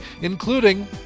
including